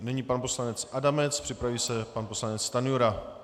Nyní pan poslanec Adamec, připraví se pan poslanec Stanjura.